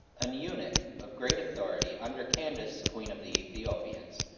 an eunuch of great authority under candace queen of the ethiopians,